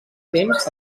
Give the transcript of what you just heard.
temps